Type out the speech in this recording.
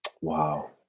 Wow